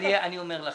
אני אומר לך,